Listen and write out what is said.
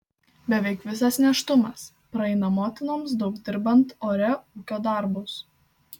beveik visas nėštumas praeina motinoms daug dirbant ore ūkio darbus